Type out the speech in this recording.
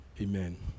Amen